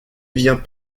vient